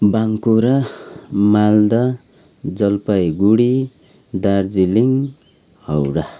Bankura Malda Jalpaiguri Darjeeling Howrah